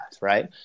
right